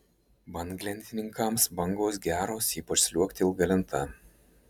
banglentininkams bangos geros ypač sliuogti ilga lenta